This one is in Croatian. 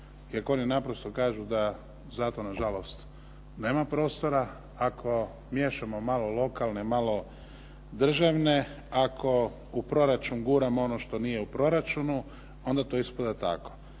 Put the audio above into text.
ako oni naprosto kažu da za to nažalost nema prostora, ako miješamo malo lokalne, malo državne, ako u proračun guramo ono što nije u proračunu onda ti ispada tako.